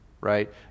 Right